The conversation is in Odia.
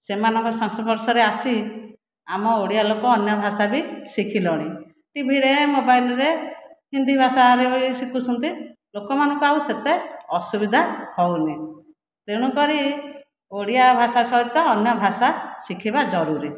ସେମାନଙ୍କ ସଂସ୍ପର୍ଶରେ ଆସି ଆମ ଓଡ଼ିଆ ଲୋକ ଅନ୍ୟଭାଷା ବି ଶିଖିଲେଣି ଟିଭିରେ ମୋବାଇଲରେ ହିନ୍ଦୀ ଭାଷାରେ ବି ଶିଖୁଛନ୍ତି ଲୋକମାନଙ୍କୁ ଆଉ ସେତେ ଅସୁବିଧା ହେଉନାହିଁ ତେଣୁକରି ଓଡ଼ିଆ ଭାଷା ସହିତ ଅନ୍ୟ ଭାଷା ଶିଖିବା ଜରୁରୀ